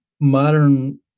modern